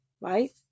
right